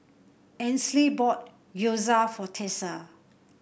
Ainsley bought Gyoza for Tessa